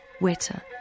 wetter